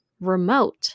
remote